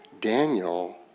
Daniel